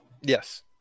Yes